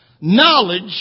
knowledge